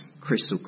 crystal